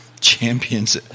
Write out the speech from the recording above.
champions